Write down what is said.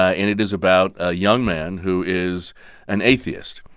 and it is about a young man who is an atheist.